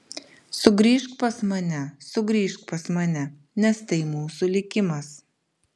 sugrįžk pas mane sugrįžk pas mane nes tai mūsų likimas